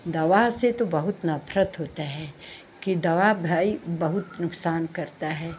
दवा से तो बहुत नफ़रत होता है कि दवा भाई बहुत नुकसान करता है